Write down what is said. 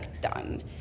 done